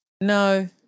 No